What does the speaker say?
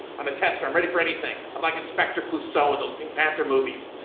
i'm a tester, i'm ready for anything. i'm like inspector clouseau in those pink panther movies.